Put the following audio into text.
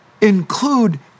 include